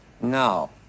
No